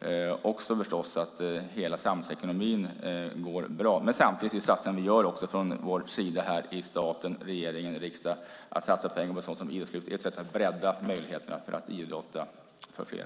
genom att hela samhällsekonomin går bra. Samtidigt satsar vi här i staten - regeringen och riksdagen - på sådant som breddar möjligheterna att idrotta för flera.